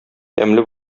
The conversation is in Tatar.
тәмле